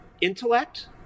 intellect